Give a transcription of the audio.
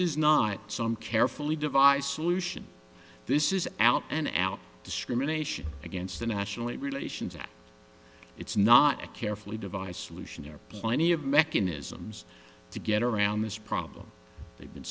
is not some carefully device aleutian this is out and out discrimination against the national labor relations act it's not a carefully device aleutian there are plenty of mechanisms to get around this problem they've been